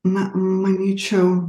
na manyčiau